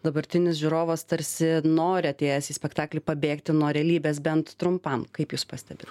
dabartinis žiūrovas tarsi nori atėjęs į spektaklį pabėgti nuo realybės bent trumpam kaip jūs pastebit